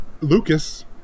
Lucas